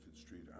Street